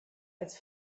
als